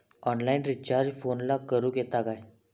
Online recharge फोनला करूक येता काय?